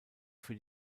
für